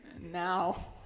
Now